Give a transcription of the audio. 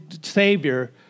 Savior